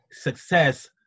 success